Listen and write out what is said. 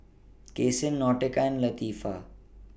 Cason Nautica Latifah